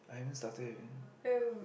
I haven't started even